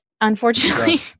unfortunately